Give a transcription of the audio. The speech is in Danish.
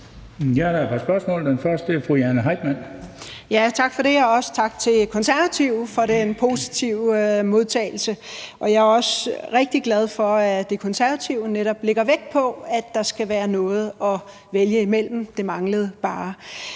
Kl. 13:16 Jane Heitmann (V): Tak for det, og også tak til De Konservative for den positive modtagelse. Jeg er også rigtig glad for, at De Konservative netop lægger vægt på, at der skal være noget at vælge imellem. Det manglede bare.